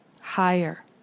higher